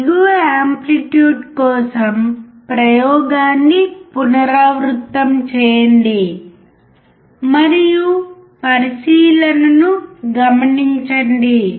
అధిక మరియు దిగువ ఆంప్లిట్యూడ్ కోసం ప్రయోగాన్ని పునరావృతం చేయండి మరియు పరిశీలనను గమనించండి